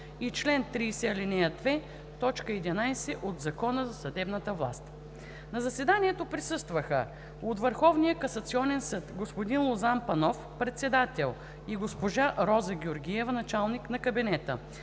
и чл. 30, ал. 2, т. 11 от Закона за съдебната власт. На заседанието присъстваха: от Върховния касационен съд: господин Лозан Панов – председател, и госпожа Роза Георгиева –началник на кабинета;